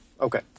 Okay